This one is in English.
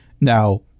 Now